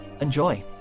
enjoy